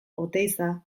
oteiza